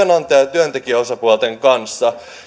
työntekijäosapuolten kanssa